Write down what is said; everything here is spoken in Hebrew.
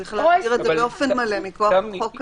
צריך להסדיר את זה באופן מלא מכוח חוק כזה.